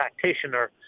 practitioner